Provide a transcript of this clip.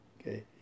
okay